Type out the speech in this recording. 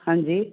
ਹਾਂਜੀ